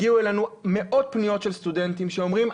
הגיעו אלינו מאות פניות של סטודנטים שאומרים,